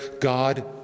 God